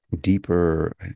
deeper